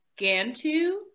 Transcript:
Gantu